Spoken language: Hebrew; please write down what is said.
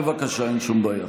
בבקשה, אין שום בעיה.